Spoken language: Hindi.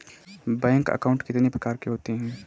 बैंक अकाउंट कितने प्रकार के होते हैं?